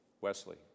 Wesley